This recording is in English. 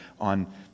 on